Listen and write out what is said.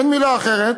אין מילה אחרת,